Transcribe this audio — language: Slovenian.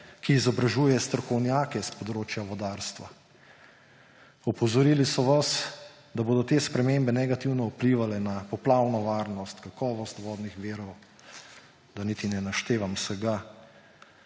ki izobražuje strokovnjake s področja vodarstva. Opozorili so vas, da bodo te spremembe negativno vplivale na poplavno varnost, kakovost vodnih virov, da niti ne naštevam vsega.